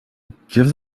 give